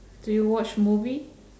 do you watch movie